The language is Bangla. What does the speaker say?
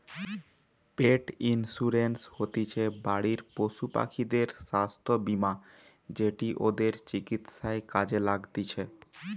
পেট ইন্সুরেন্স হতিছে বাড়ির পশুপাখিদের স্বাস্থ্য বীমা যেটি ওদের চিকিৎসায় কাজে লাগতিছে